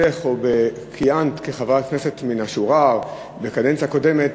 בשבתך או כשכיהנת כחברת כנסת מן השורה בקדנציה הקודמת